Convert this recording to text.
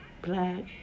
Black